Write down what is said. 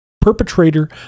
perpetrator